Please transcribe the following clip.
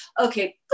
okay